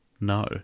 No